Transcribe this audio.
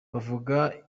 bavuga